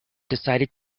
decided